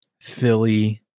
Philly